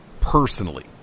personally